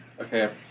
Okay